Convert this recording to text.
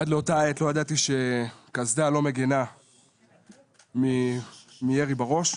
עד לאותה עת לא ידעתי שקסדה לא מגנה מירי בראש,